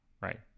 right